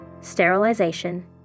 Sterilization